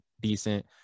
decent